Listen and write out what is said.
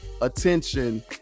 attention